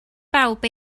bawb